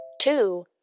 Two